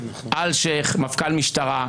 אלשיך מפכ"ל המשטרה.